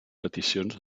peticions